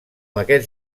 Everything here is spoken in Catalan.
aquests